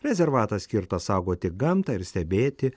rezervatas skirtas saugoti gamtą ir stebėti